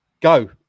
go